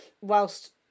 whilst